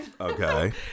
Okay